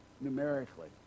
numerically